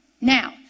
Now